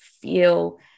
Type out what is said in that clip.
feel